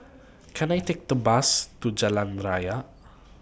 Can I Take A Bus to Jalan Raya